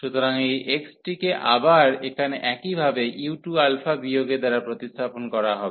সুতরাং এই x টি কে আবার এখানে একই ভাবে u2 বিয়োগের দ্বারা প্রতিস্থাপন করা হবে